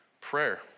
prayer